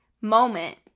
moment